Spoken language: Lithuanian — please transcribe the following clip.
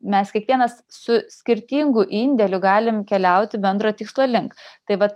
mes kiekvienas su skirtingu indėliu galim keliauti bendro tikslo link tai vat